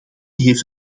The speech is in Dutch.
heeft